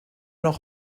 noch